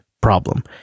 problem